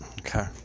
Okay